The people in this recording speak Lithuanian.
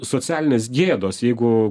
socialinės gėdos jeigu